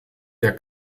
der